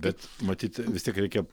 bet matyt vis tiek reikia